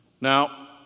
Now